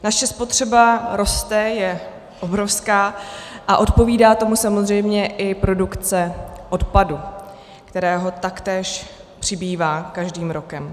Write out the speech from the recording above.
Naše spotřeba roste, je obrovská a odpovídá tomu samozřejmě i produkce odpadu, kterého taktéž přibývá každým rokem.